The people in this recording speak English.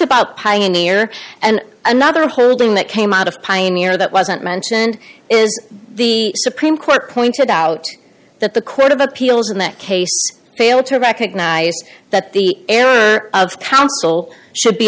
about pioneer and another holding that came out of pioneer that wasn't mentioned is the supreme court pointed out that the court of appeals in that case failed to recognize that the error of counsel should be